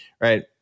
right